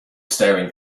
staring